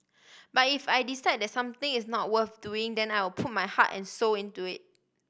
but if I decide the something is not worth doing then I'll put my heart and soul into it